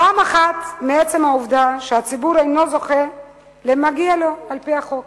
פעם אחת בעצם העובדה שהציבור אינו זוכה למגיע לו על-פי החוק,